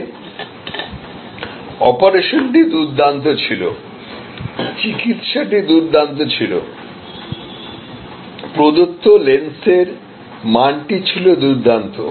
তবে অপারেশনটি দুর্দান্ত ছিল চিকিত্সাটি দুর্দান্ত ছিল প্রদত্ত লেন্সের মানটি ছিল দুর্দান্ত